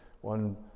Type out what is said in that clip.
one